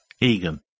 Egan